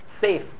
safe